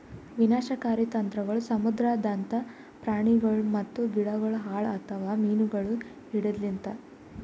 ವಿನಾಶಕಾರಿ ತಂತ್ರಗೊಳ್ ಸಮುದ್ರದಾಂದ್ ಪ್ರಾಣಿಗೊಳ್ ಮತ್ತ ಗಿಡಗೊಳ್ ಹಾಳ್ ಆತವ್ ಮೀನುಗೊಳ್ ಹಿಡೆದ್ ಲಿಂತ್